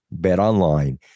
BetOnline